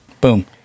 Boom